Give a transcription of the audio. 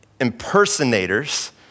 impersonators